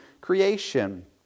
creation